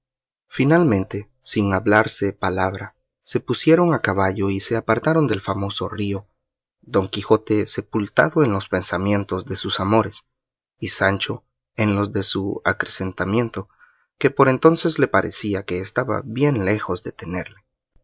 finalmente sin hablarse palabra se pusieron a caballo y se apartaron del famoso río don quijote sepultado en los pensamientos de sus amores y sancho en los de su acrecentamiento que por entonces le parecía que estaba bien lejos de tenerle